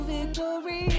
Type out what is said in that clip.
Victory